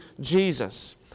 Jesus